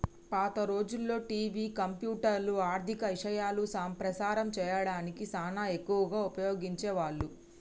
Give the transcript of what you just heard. పాత రోజుల్లో టివి, కంప్యూటర్లు, ఆర్ధిక ఇశయాలు ప్రసారం సేయడానికి సానా ఎక్కువగా ఉపయోగించే వాళ్ళు